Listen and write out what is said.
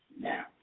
Now